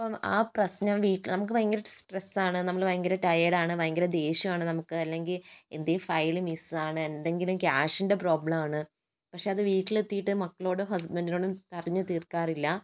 ഇപ്പോൾ ആ പ്രശ്നം വീട്ടില് നമുക്ക് ഭയങ്കര സ്ട്രെസാണ് നമ്മള് ഭയങ്കര ടയേഡാണ് ഭയങ്കര ദേശ്യാണ് നമുക്ക് അല്ലെങ്കിൽ എന്തേലും ഫയല് മിസ്സാണ് എന്തെങ്കിലും ക്യാഷിൻ്റെ പ്രോബ്ലം ആണ് പക്ഷെ അത് വീട്ടിലെത്തിയിട്ട് മക്കളോടും ഹസ്ബൻറ്റിനോടും പറഞ്ഞു തീർക്കാറില്ലാ